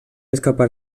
escapar